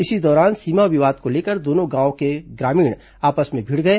इसी दौरान सीमा विवाद को लेकर दोनों गांव के ग्रामीण आपस में भिड़ गए